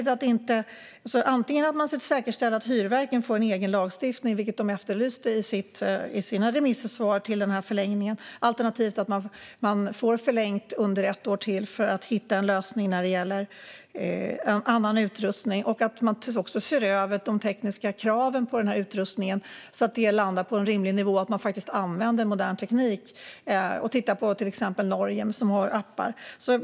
Antingen får man säkerställa att hyrverken får en egen lagstiftning, vilket de efterlyste i sina remissvar om förlängningen, eller så ser man till att de får förlängt under ett år till för att hitta en lösning när det gäller annan utrustning. Man behöver också se över de tekniska kraven på utrustningen så att det landar på en rimlig nivå och att man använder modern teknik. Det går till exempel att titta på Norge där man har appar.